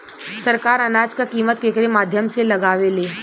सरकार अनाज क कीमत केकरे माध्यम से लगावे ले?